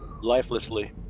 Lifelessly